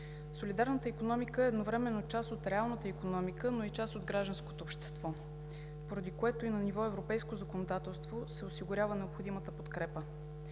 Солидарната икономика е едновременно част от реалната икономика, но и част от гражданското общество, поради което и на ниво европейско законодателство се осигурява необходимата подкрепа.